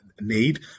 need